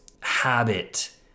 habit